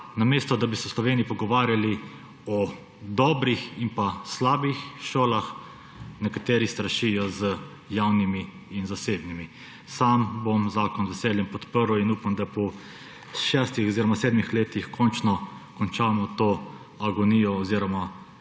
Namesto da bi se v Sloveniji pogovarjali o dobrih in pa slabih šolah, nekateri strašijo z javnimi in zasebnimi. Sam bom zakon z veseljem podprl in upam, da po 6 oziroma 7 letih končno končamo to agonijo oziroma